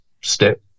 step